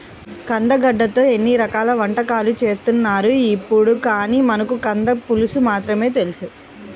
కందగడ్డతో ఎన్నో రకాల వంటకాలు చేత్తన్నారు ఇప్పుడు, కానీ మనకు కంద పులుసు మాత్రమే తెలుసు